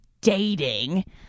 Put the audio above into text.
dating